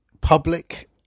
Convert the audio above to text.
public